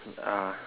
uh